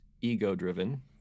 ego-driven